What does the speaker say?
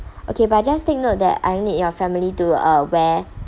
okay but just take note that I need your family do uh wear